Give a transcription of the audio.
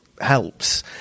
helps